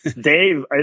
Dave